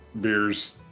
beers